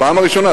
פעם ראשונה,